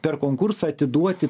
per konkursą atiduoti